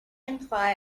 imply